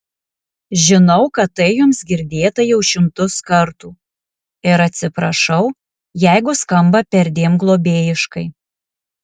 žinau kad tai jums girdėta jau šimtus kartų ir atsiprašau jeigu skamba perdėm globėjiškai